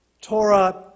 Torah